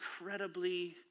incredibly